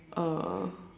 oh